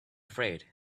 afraid